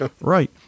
right